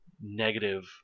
negative